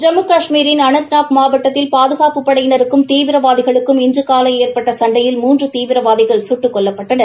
ஜம்மு கஷ்மீரின் அனந்தநாக் மாவட்டத்தில் பாதுகாப்புப் படையினருக்கும் தீவிரவாதிகளுக்கும் இன்று காலை ஏற்பட்ட சண்டையில் மூன்று தீவிரவாதிகள் குட்டுக் கொல்லப்பட்டனர்